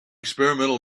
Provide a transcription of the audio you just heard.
experimental